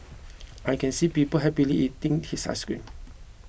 I can see people happily eating his ice cream